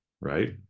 right